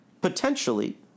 potentially